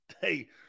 Hey